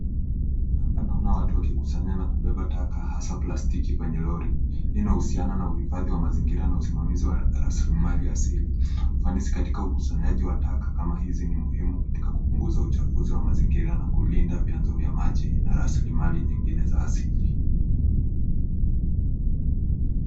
Hapa naona watu wakikusanya na kubeba taka hasa plastiki kwenye lori. Hii inahusiana na uhifadhi wa mazingira na usimamizi wa rasilimali asili. Ufanisi katika ukusanyaji wa taka kama hizi ni muhimu katika kupunguza uchafuzi wa mazingira na kulinda vyanzo vya maji na mazingira rasilimali nyingine za asili.